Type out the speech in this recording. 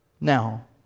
now